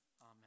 amen